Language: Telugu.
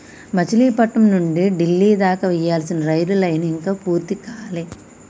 మచిలీపట్నం నుంచి డిల్లీ దాకా వేయాల్సిన రైలు లైను ఇంకా పూర్తి కాలే